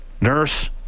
Nurse